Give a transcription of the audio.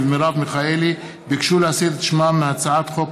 ומרב מיכאלי ביקשו להסיר אתם שמם מהצעת חוק